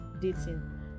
dating